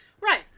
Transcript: Right